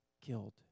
killed